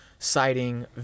Citing